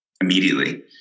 immediately